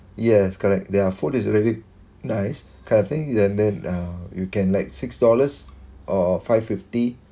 yes correct their food is very nice kind of thing and then uh you can like six dollars or five fifty